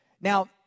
Now